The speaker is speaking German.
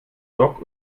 dock